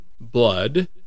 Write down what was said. blood